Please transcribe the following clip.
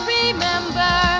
remember